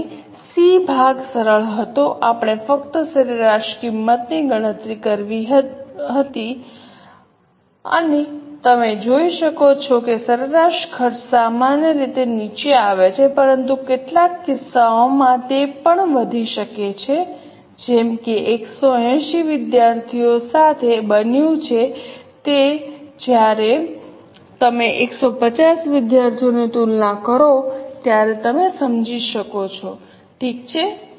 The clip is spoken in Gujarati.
અને સી ભાગ સરળ હતો આપણે ફક્ત સરેરાશ કિંમતની ગણતરી કરવી હતી અને તમે જોઈ શકો છો કે સરેરાશ ખર્ચ સામાન્ય રીતે નીચે આવે છે પરંતુ કેટલાક કિસ્સાઓમાં તે પણ વધી શકે છે જેમ કે 160 વિદ્યાર્થીઓ સાથે બન્યું છે જ્યારે તમે 150 વિદ્યાર્થીઓની તુલના કરો ત્યારે તમે સમજો છો ઠીક છે